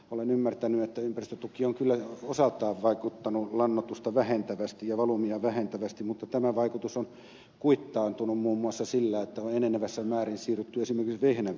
olen ymmärtänyt että ympäristötuki on kyllä osaltaan vaikuttanut lannoitusta vähentävästi ja valumia vähentävästi mutta tämä vaikutus on kuittaantunut muun muassa sillä että on enenevässä määrin siirrytty esimerkiksi vehnänviljelyyn